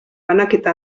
banaketa